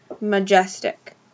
Majestic